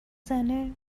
زنه